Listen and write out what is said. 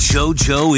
JoJo